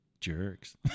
jerks